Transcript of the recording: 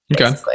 Okay